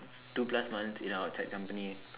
two plus months in a outside company